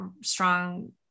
strong